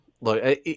look